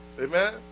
Amen